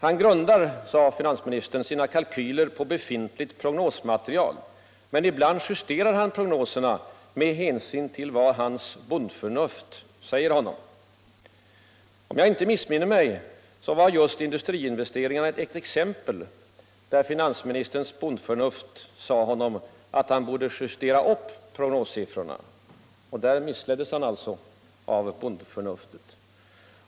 Han grundar, sade finansministern, sina kalkyier på befintligt prognosmaterial, men ibland justerar han prognoserna med hänsyn till vad hans bondförnuft säger honom. Om jag inte missminner mig var just industriinvesteringarna ett exempel på fall där finansministerns bondförnuft sade honom att han borde justera upp prognossiffrorna. Där missleddes han alltså av bondförnuftet.